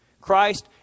Christ